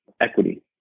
equity